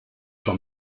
sua